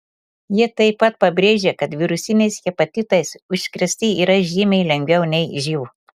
jie taip pat pabrėžė kad virusiniais hepatitais užsikrėsti yra žymiai lengviau nei živ